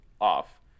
off